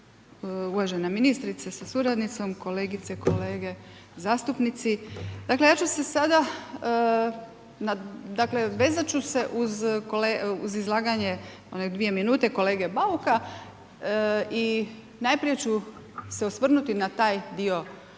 Uvažena ministrice sa suradnicom, kolegice i kolege zastupnici. Dakle, ja ću se sada vezat ću se uz izlaganje one dvije minute kolege Bauka i najprije ću se osvrnuti na taj dio koji